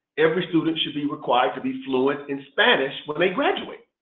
every student should be required to be fluent in spanish when they graduate.